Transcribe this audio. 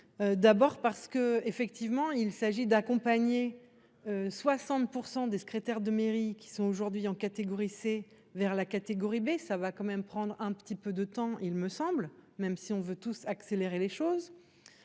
D'abord parce que effectivement il s'agit d'accompagner. 60% des secrétaires de mairie qui sont aujourd'hui en catégorie C vers la catégorie B. ça va quand même prendre un petit peu de temps, il me semble même si on veut tous accélérer les choses.